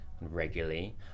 regularly